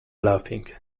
laughing